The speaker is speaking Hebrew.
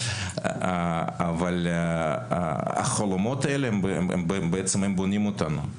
אבל החלומות האלה בעצם הם בונים אותנו,